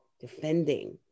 defending